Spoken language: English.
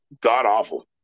god-awful